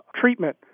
treatment